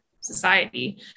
Society